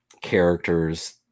characters